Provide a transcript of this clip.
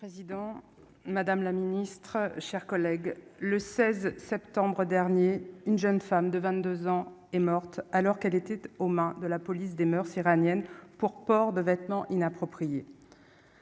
Monsieur le président, madame la ministre, chers collègues, le 16 septembre dernier une jeune femme de 22 ans est morte alors qu'elle était aux mains de la police des moeurs iranienne pour port de vêtements inappropriés.